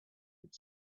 had